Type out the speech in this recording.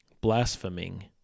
blaspheming